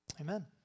amen